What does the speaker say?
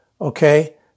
Okay